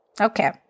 Okay